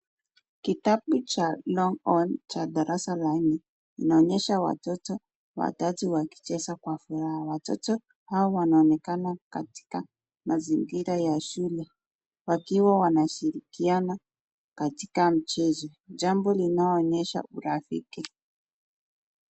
Kitabu cha longhorn cha darasa la nne. Inaonyesha watoto watatu wakicheza kwa furaha. Watoto hawa wanaonekana katika mazingira ya shule wakiwa wanashirikiana katika mchezo. Jambo linaloonyesha urafiki